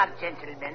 gentlemen